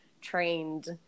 trained